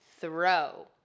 throw